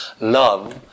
Love